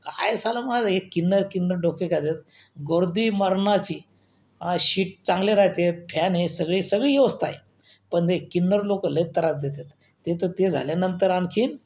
काय साला माझं हे किन्नर किन्नर डोकं खातात गर्दी मरणाची अशी चांगले राहतात फॅन हे सगळे सगळी व्यवस्था आहे पण हे किन्नर लोक लई त्रास देतात ते तर ते झाल्यानंतर आणखीन